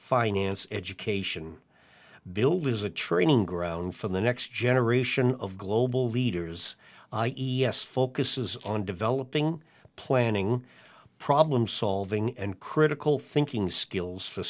finance education bill is a training ground for the next generation of global leaders i e s focuses on developing planning problem solving and critical thinking skills for